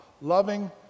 Loving